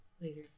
Later